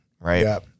Right